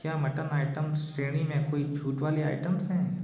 क्या mutton items श्रेणी में कोई छूट वाली आइटम्स हैं